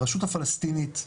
הרשות הפלשתינית,